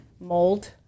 mold